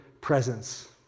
presence